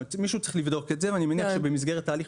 מישהו צריך לבדוק את זה ואני מניח שבמסגרת ההליך